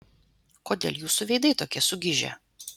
kodėl jūsų veidai tokie sugižę